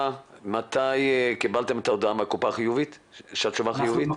מתי קיבלתם מהקופה את ההודעה שהתשובה חיובית?'